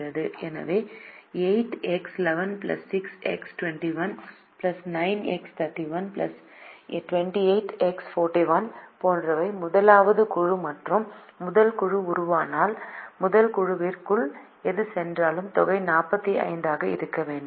எனவே 8X11 6X21 9X31 28X41 போன்றவை முதலாவது குழு மற்றும் முதல் குழு உருவானால் முதல் குழுவிற்குள் எது சென்றாலும் தொகை 45 ஆக இருக்க வேண்டும்